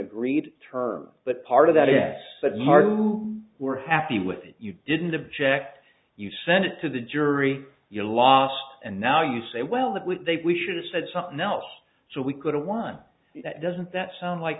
agreed term but part of that is that martin you were happy with it you didn't object you sent it to the jury you lost and now you say well that would they we should have said something else so we could have won that doesn't that sound like